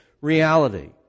reality